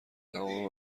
تمامی